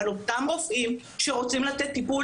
הרופאים שרוצים לתת טיפול,